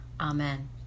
Amen